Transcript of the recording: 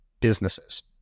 businesses